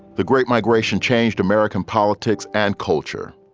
the great migration changed american politics and culture.